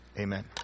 Amen